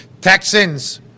Texans